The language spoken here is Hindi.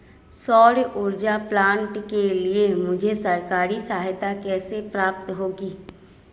सौर ऊर्जा प्लांट के लिए मुझे सरकारी सहायता कैसे प्राप्त होगी?